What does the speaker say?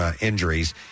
injuries